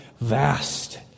vast